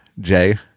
Jay